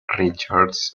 richards